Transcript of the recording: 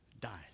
died